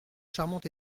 charmante